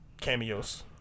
cameos